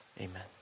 Amen